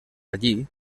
allí